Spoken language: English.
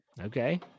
Okay